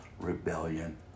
rebellion